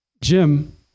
Jim